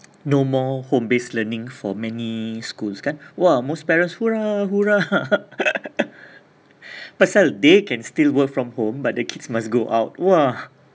no more home based learning for many schools kan !wah! most parents hurrah hurrah pasal they can still work from home but the kids must go out !wah!